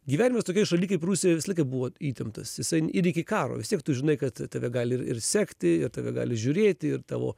gyvenimas tokioj šaly kaip rusija visą laiką buvo įtemptas jisai ir iki karo vis tiek tu žinai kad tave gali ir ir sekti ir tave gali žiūrėti ir tavo